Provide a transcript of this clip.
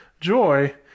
joy